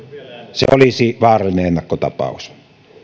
se olisi vaarallinen ennakkotapaus